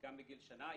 גם בגיל שנה,